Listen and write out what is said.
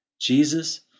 Jesus